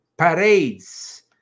parades